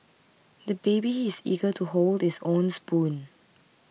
the baby is eager to hold his own spoon